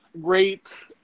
great